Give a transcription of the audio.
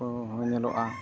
ᱠᱚᱦᱚᱸ ᱧᱮᱞᱚᱜᱼᱟ